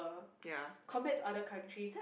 ya